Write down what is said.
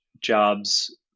jobs